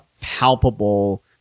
palpable